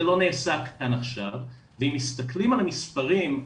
זה לא נעשה ואם מסתכלים על המספרים,